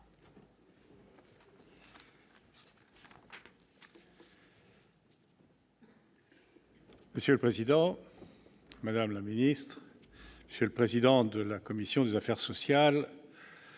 Monsieur le président, madame la ministre, monsieur le président de la commission des affaires sociales,